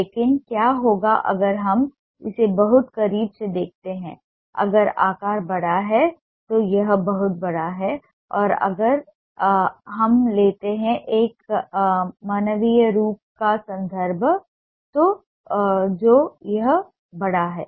लेकिन क्या होगा अगर हम इसे बहुत करीब से देखते हैं अगर आकार बड़ा है तो यह बहुत बड़ा है और अगर हम लेते एक मानवीय रूप का संदर्भ है जो यह बड़ा है